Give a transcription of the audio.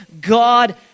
God